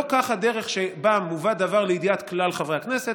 לא כך הדרך שבה מובא דבר לידיעת כלל חברי הכנסת,